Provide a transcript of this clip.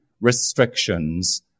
restrictions